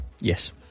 Yes